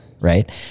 Right